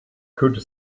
could